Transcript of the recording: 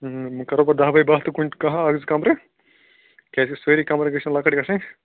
وۄنۍ کَرو بہٕ داہ بَے بہہ تہٕ کُنہِ کہہ اَکھ زٕ کمرٕ کیٛازِکہ سٲری کمرٕ گٔژھ نہٕ لۄکٕٹۍ گژھٕنۍ